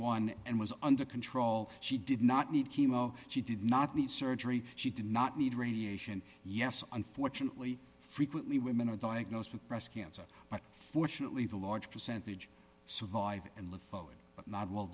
one and was under control she did not need chemo she did not need surgery she did not need radiation yes unfortunately frequently women are diagnosed with breast cancer but fortunately the large percentage survive and live but not